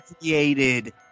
created